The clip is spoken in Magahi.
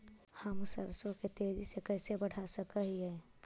हम सरसों के तेजी से कैसे बढ़ा सक हिय?